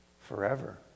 Forever